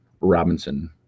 Robinson